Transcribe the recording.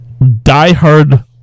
diehard